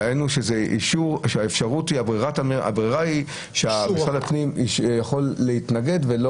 ראינו שהברירה היא שמשרד הפנים יכול להתנגד,